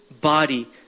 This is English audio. body